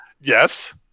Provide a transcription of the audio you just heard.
Yes